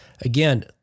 again